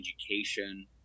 education